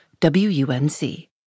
WUNC